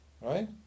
Right